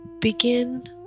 begin